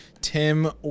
Tim